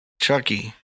Chucky